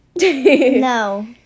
No